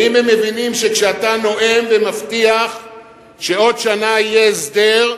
האם הם מבינים שכשאתה נואם ומבטיח שעוד שנה יהיה הסדר,